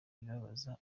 ibabaza